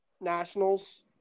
Nationals